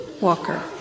Walker